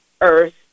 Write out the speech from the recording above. earth